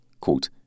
quote